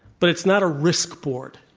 but it's not a risk board.